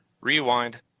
Rewind